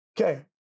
Okay